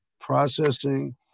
processing